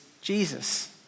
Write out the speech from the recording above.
Jesus